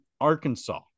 Arkansas